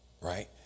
right